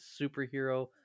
superhero